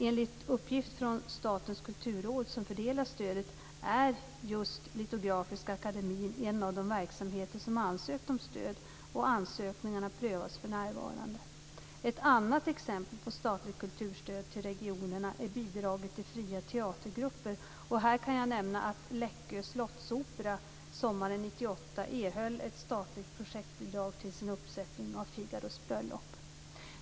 Enligt uppgift från Statens kulturråd, som fördelar stödet, är Litografiska Akademien en av de verksamheter som ansökt om stöd. Ansökningarna prövas för närvarande. Ett annat exempel på statligt kulturstöd till regionerna är bidraget till fria teatergrupper. Här kan jag nämna att Läckö Slottsopera sommaren 1998 erhöll ett statligt projektbidrag till sin uppsättning av Figaros bröllop.